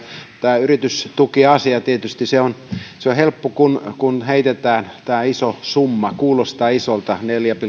tämä yritystukiasia on tietysti helppo kun kun heitetään tämä iso summa kuulostaa isolta neljä pilkku